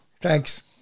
Thanks